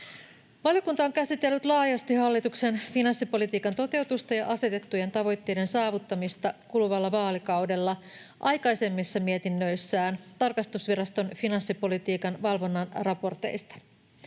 Valiokunta on käsitellyt laajasti hallituksen finanssipolitiikan toteutusta ja asetettujen tavoitteiden saavuttamista kuluvalla vaalikaudella aikaisemmissa mietinnöissään tarkastusviraston finanssipolitiikan valvonnan raporteista.